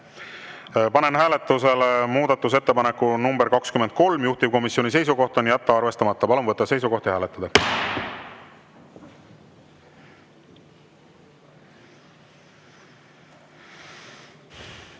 Panen hääletusele muudatusettepaneku nr 23, juhtivkomisjoni seisukoht on jätta arvestamata. Palun võtta seisukoht ja hääletada!